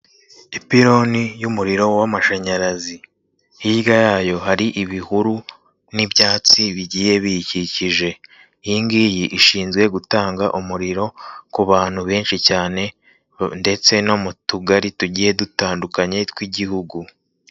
Ipironi y'umuriro w'amashanyarazi, hirya yayo hari ibihuru n'ibyatsi bigiye biyikikije, iyi ngiyi ishinzwe gutanga umuriro ku bantu benshi cyane ndetse no mu tugari tugiye dutandukanye tw'igihugu.